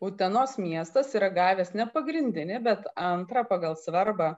utenos miestas yra gavęs nepagrindinė bet antrą pagal svarbą